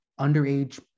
underage